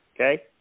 Okay